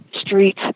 Street